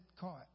caught